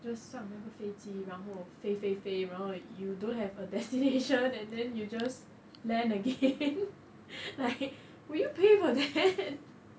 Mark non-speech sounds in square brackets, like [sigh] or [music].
just 上那个飞机然后飞飞飞然后 you don't have a destination [laughs] and then you just land again [laughs] like will you pay for that [laughs]